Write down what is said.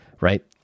right